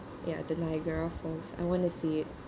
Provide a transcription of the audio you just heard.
ya the niagara falls I want to see it